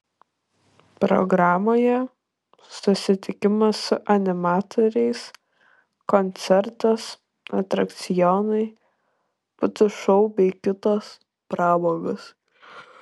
programoje susitikimas su animatoriais koncertas atrakcionai putų šou bei kitos pramogos